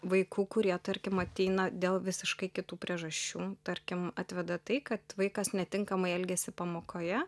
vaikų kurie tarkim ateina dėl visiškai kitų priežasčių tarkim atveda tai kad vaikas netinkamai elgiasi pamokoje